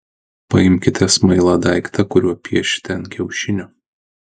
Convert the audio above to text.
paimkite smailą daiktą kuriuo piešite ant kiaušinio